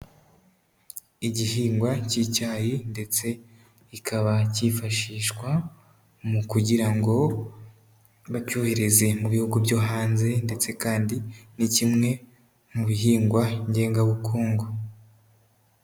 Igihingwa cy'icyayi ndetse kikaba cyifashishwa mu kugira ngo bacyohereze mu bihugu byo hanze ndetse kandi ni kimwe mu bihingwa ngengabukungu.